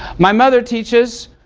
my mother teachers